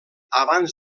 abans